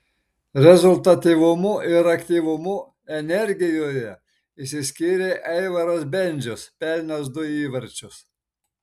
rezultatyvumu ir aktyvumu energijoje išsiskyrė aivaras bendžius pelnęs du įvarčius